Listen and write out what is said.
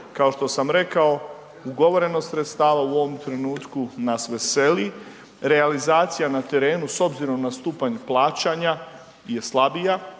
kao što sam rekao, ugovoreno sredstava u ovom trenutku nas veseli, realizacija na terenu s obzirom na stupanj plaćanja je slabija,